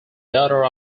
daughter